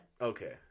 okay